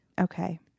Okay